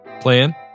plan